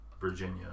Virginia